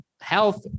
health